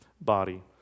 body